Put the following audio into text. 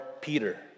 Peter